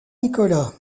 nicolas